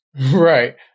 Right